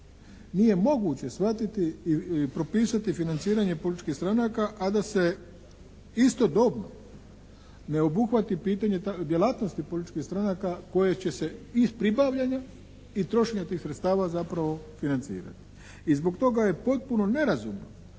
Nije moguće shvatiti i propisati financiranje političkih stranaka, a da se istodobno ne obuhvati pitanje djelatnosti političkih stranaka koje će se iz pribavljanja i trošenja tih sredstava zapravo financirati. I zbog toga je potpuno nerazumno